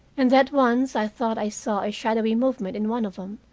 and that once i thought i saw a shadowy movement in one of them,